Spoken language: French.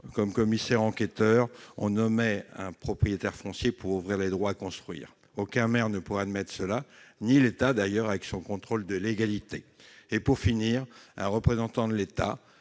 nommait commissaire enquêteur un propriétaire foncier pour ouvrir les droits à construire : aucun maire ne pourrait l'admettre, ni l'État d'ailleurs avec son contrôle de légalité. Pour couronner le tout, un représentant de l'État,